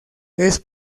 esto